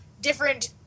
different